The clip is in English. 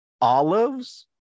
Olives